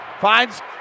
Finds